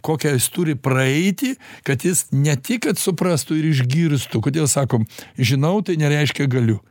kokią jis turi praeiti kad jis ne tik kad suprastų ir išgirstų kodėl sakom žinau tai nereiškia galiu